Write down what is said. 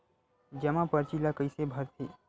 जमा परची ल कइसे भरथे?